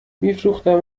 میفروختم